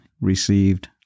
received